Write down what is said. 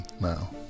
now